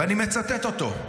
ואני מצטט אותו.